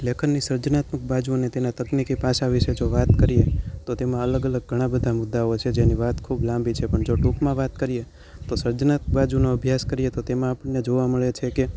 લેખનની સર્જનાત્મક બાજુ અને તેનાં તકનીકી પાસા વિશે જો વાત કરીએ તો તેમાં અલગ અલગ ઘણા બધા મુદાઓ છે જેની વાત ખૂબ લાંબી છે પણ જો ટૂંકમાં વાત કરીએ તો સર્જનાત્મક બાજુનો અભ્યાસ કરીએ તો તેમાં આપણને જોવા મળે છે કે